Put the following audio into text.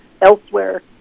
elsewhere